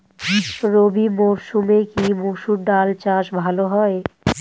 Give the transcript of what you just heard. রবি মরসুমে কি মসুর ডাল চাষ ভালো হয়?